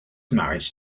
married